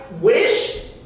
wish